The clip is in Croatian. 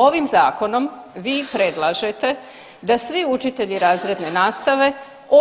Ovim zakonom vi predlažete da svi učitelji razredne nastave